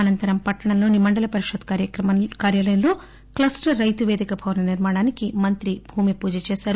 అనంతరం పట్టణంలోని మండల పరిషత్ కార్యాలయంలో క్లస్టర్ రైతు పేదిక భవన నిర్మాణానికి మంత్రి జగదీశ్వర్ రెడ్డి భూమిపూజ చేశారు